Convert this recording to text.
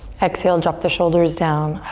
exhale, drop the shoulders down.